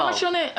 לא משנה.